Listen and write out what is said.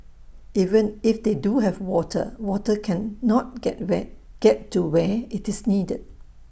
even if they do have water water cannot get where get to where IT is needed